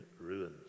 ruins